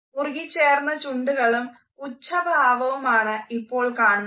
മുറുകിച്ചേർന്ന ചുണ്ടുകളും പുഛഭാവുമാണ് ഇപ്പോ കാണുന്നത്